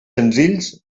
senzills